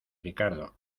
ricardo